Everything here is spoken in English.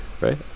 right